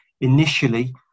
initially